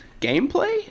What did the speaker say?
gameplay